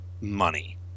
money